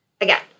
Again